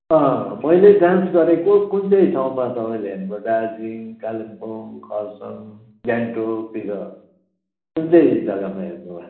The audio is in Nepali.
मैले डान्स गरेको कुन चाहिँ ठाउँमा तपाईँले हेर्नुभयो दार्जिलिङ कालिम्पोङ खर्साङ गान्तोकतिर कुन चाहिँ जगामा हेर्नुभयो